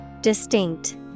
Distinct